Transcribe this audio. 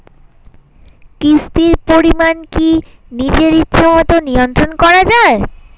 কিস্তির পরিমাণ কি নিজের ইচ্ছামত নিয়ন্ত্রণ করা যায়?